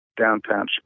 downtown